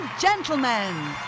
Gentlemen